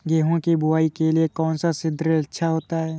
गेहूँ की बुवाई के लिए कौन सा सीद्रिल अच्छा होता है?